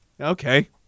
Okay